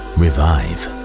revive